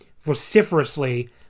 vociferously